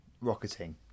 rocketing